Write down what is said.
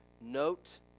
Note